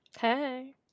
Hey